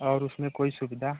और उसमें कोई सुविधा